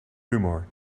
humor